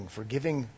forgiving